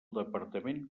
departament